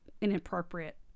inappropriate